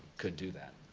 could do that,